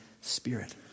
spirit